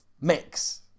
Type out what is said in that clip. mix